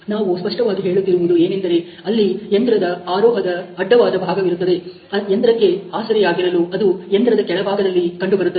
ನಾವು ಸ್ಪಷ್ಟವಾಗಿ ಹೇಳುತ್ತಿರುವುದು ಏನೆಂದರೆ ಅಲ್ಲಿ ಯಂತ್ರದ ಆರೋಹದ ಅಡ್ಡವಾದ ಭಾಗವಿರುತ್ತದೆ ಯಂತ್ರಕ್ಕೆ ಆಸರೆ ಯಾಗಿರಲು ಅದು ಯಂತ್ರದ ಕೆಳಭಾಗದಲ್ಲಿ ಕಂಡುಬರುತ್ತದೆ